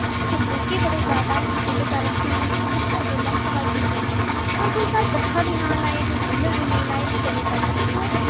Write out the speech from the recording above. उत्थें बूहटे बड़े जैदा न ते जेह्दे कन्नै केह् होंदा कि उत्थैं हवा बड़ी झुलदी अगर कोई घर पक्खा बी नेईं लाए कुलर बी नेईं लाए तो घर चली दा कम्म